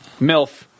milf